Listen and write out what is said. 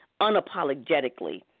unapologetically